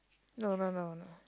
no no no